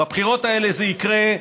בבחירות האלה זה יקרה.